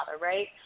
right